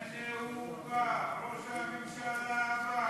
הנה הוא בא, ראש הממשלה הבא.